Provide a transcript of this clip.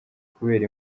kubera